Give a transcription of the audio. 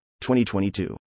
2022